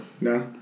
No